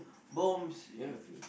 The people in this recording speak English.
bombs in your